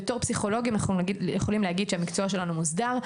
בתור פסיכולוגים אנחנו יכולים להגיד שהמקצוע שלנו מוסדר,